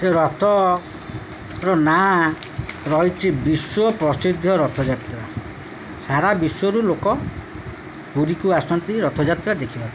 ସେ ରଥର ନାଁ ରହିଛି ବିଶ୍ୱ ପ୍ରସିଦ୍ଧ ରଥଯାତ୍ରା ସାରା ବିଶ୍ୱରୁ ଲୋକ ପୁରୀକୁ ଆସନ୍ତି ରଥଯାତ୍ରା ଦେଖିବାକୁ